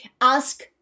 Ask